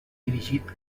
dirigit